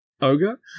ogre